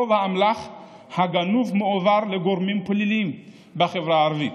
כאשר רוב האמל"ח הגנוב מועבר לגורמים פליליים בחברה הערבית.